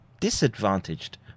Disadvantaged